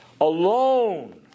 Alone